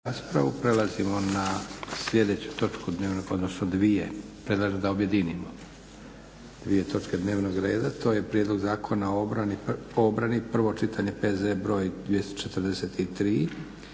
(SDP)** Prelazimo na sljedeću točku, odnosno dvije, predlažem da objedinimo dvije točke dnevnog reda. To je - Prijedlog zakona o obrani, prvo čitanje, PZ br. 243,